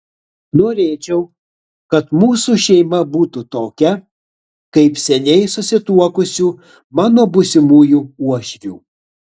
norėčiau kad mūsų šeima būtų tokia kaip seniai susituokusių mano būsimųjų uošvių